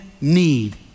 need